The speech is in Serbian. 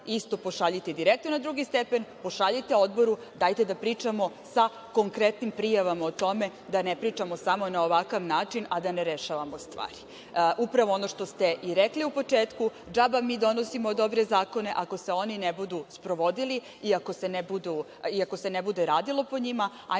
isto pošaljite direktno na drugi stepen, pošaljite odboru, dajte da pričamo sa konkretnim prijavama o tome, da ne pričamo samo na ovakav način, a da ne rešavamo stvari. Upravo ono što ste rekli u početku, džaba mi donosimo dobre zakone ako se oni ne budu sprovodili i ako se ne bude radilo po njima.